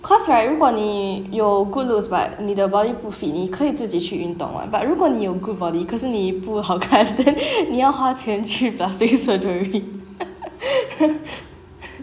cause right 如果你有 good looks but 你的 body 不 fit 你可以自己去运动 [what] but 如果你有 good body 可是你不好看 then 你要花钱去 plastic surgery